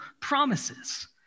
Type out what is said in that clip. promises